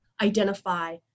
identify